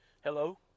hello